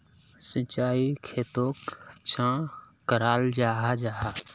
सिंचाई खेतोक चाँ कराल जाहा जाहा?